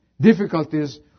difficulties